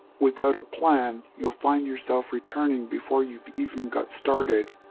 without a plan, you'll find yourself returning before you've even got started.